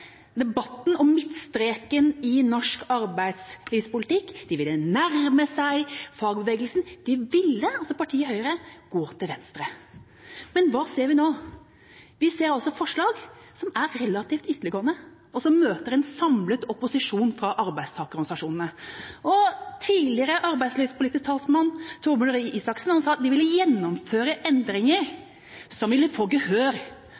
debatten om midtstreken i norsk arbeidslivspolitikk, de ville nærme seg fagbevegelsen – partiet Høyre ville gå til venstre. Men hva ser vi nå? Vi ser altså forslag som er relativt ytterliggående, og som møter en samlet opposisjon fra arbeidstakerorganisasjonene. Tidligere arbeidslivspolitisk talsmann for Høyre, Torbjørn Røe Isaksen, sa at de ville gjennomføre endringer som ville få gehør